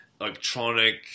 electronic